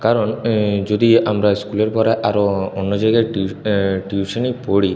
কারণ যদি আমরা স্কুলের পরে আরও অন্য জায়গায় টিউশনি পড়ি